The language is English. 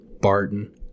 Barton